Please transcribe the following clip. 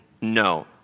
no